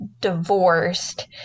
divorced